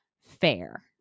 Fair